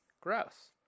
Gross